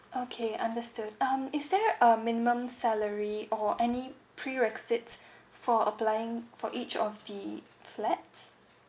okay understood um is there a minimum salary or any pre rack seats for applying for each of the flats